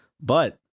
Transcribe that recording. But-